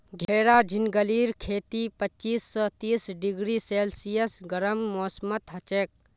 घेरा झिंगलीर खेती पच्चीस स तीस डिग्री सेल्सियस गर्म मौसमत हछेक